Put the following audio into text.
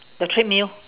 the treadmill